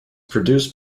produced